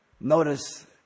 Notice